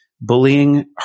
bullying